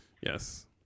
Yes